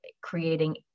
creating